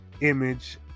image